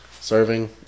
Serving